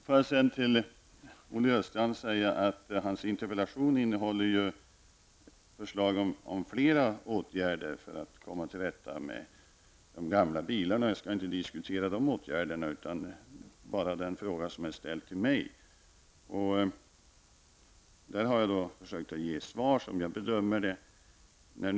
Låt mig sedan till Olle Östrand säga att hans interpellation ju innehåller förslag om flera åtgärder för att komma till rätta med de gamla bilarna. Jag skall inte diskutera de åtgärderna utan bara den fråga som är ställd till mig. På den har jag försökt att ge svar om hur jag bedömer det.